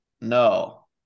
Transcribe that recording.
No